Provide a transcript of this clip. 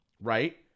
right